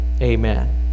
amen